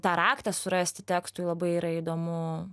tą raktą surasti tekstui labai yra įdomu